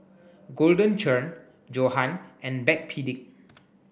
Golden Churn Johan and Backpedic